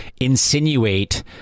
insinuate